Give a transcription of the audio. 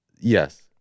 Yes